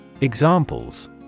Examples